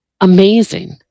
amazing